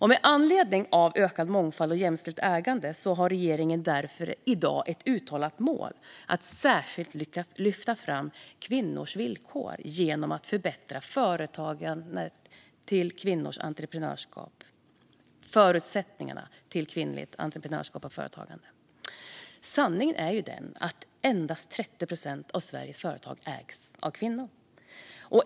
Med syftet att uppnå ökad mångfald och jämställt ägande har regeringen därför i dag ett uttalat mål att särskilt lyfta fram kvinnors villkor genom att förbättra förutsättningarna för kvinnors entreprenörskap och företagande. Sanningen är den att endast 30 procent av Sveriges företag ägs av kvinnor.